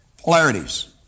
polarities